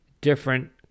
different